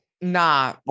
Nah